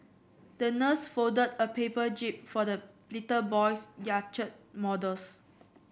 the nurse folded a paper jib for the little boy's yacht models